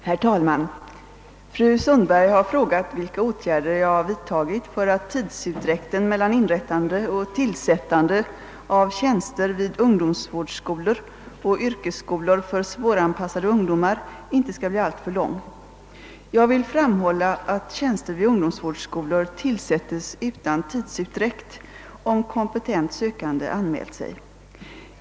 Herr talman! Fru Sundberg har frågat vilka åtgärder jag vidtagit för att tidsutdräkten mellan inrättande och tillsättande av tjänster vid ungdomsvårdsskolor och yrkesskolor för svåranpassade ungdomar inte skall bli alltför lång. Jag vill framhålla, att tjänster vid ungdomsvårdsskolor tillsättes utan tidsutdräkt, om kompetent sökande anmält sig.